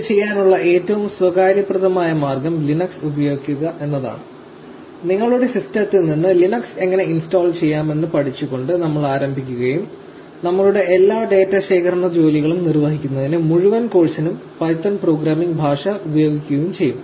ഇത് ചെയ്യാനുള്ള ഏറ്റവും സൌകര്യപ്രദമായ മാർഗ്ഗം ലിനക്സ് ഉപയോഗിക്കുക എന്നതാണ് നിങ്ങളുടെ സിസ്റ്റത്തിൽ ലിനക്സ് എങ്ങനെ ഇൻസ്റ്റാൾ ചെയ്യാമെന്ന് പഠിച്ചുകൊണ്ട് നമ്മൾ ആരംഭിക്കുകയും നമ്മളുടെ എല്ലാ ഡാറ്റ ശേഖരണ ജോലികളും നിർവഹിക്കുന്നതിന് മുഴുവൻ കോഴ്സിനും പൈത്തൺ പ്രോഗ്രാമിംഗ് ഭാഷ ഉപയോഗിക്കുകയും ചെയ്യും